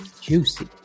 juicy